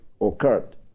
occurred